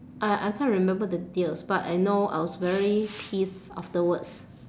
I I can't remember the details but I know I was very pissed afterwards